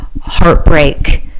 heartbreak